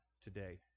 today